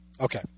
Okay